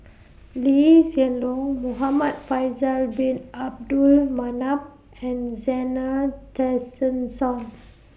Lee Hsien Loong Muhamad Faisal Bin Abdul Manap and Zena Tessensohn